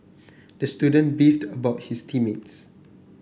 the student beefed about his team mates